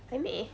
还没